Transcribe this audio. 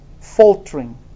faltering